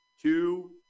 two